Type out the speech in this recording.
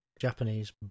Japanese